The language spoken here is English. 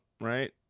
right